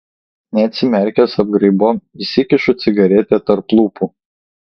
neatsimerkęs apgraibom įsikišu cigaretę tarp lūpų